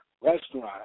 restaurant